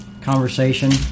conversation